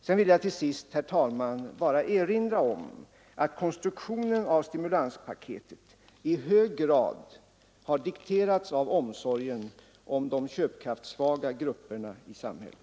Till sist vill jag, herr talman, bara erinra om att konstruktionen av stimulanspaketet ur centerns synpunkt i hög grad har dikterats av omsorgen om de köpkraftsvaga grupperna i samhället.